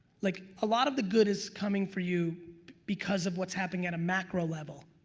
like a lot of the good is coming for you because of what's happening at a macro level.